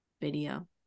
video